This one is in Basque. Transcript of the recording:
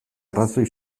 arrazoi